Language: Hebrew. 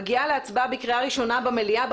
מגיעה להצבעה בקריאה ראשונה במליאה אמש,